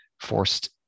forced